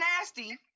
nasty